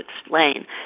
explain